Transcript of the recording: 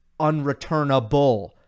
unreturnable